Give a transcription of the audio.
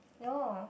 no